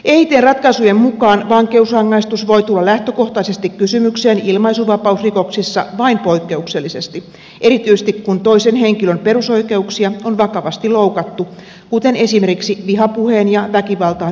eitn ratkaisujen mukaan vankeusrangaistus voi tulla lähtökohtaisesti kysymykseen ilmaisuvapausrikoksissa vain poikkeuksellisesti erityisesti kun toisen henkilön perusoikeuksia on vakavasti loukattu kuten esimerkiksi vihapuheen ja väkivaltaan yllyttämisen tapauksissa